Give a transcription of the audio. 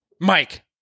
Mike